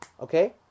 Okay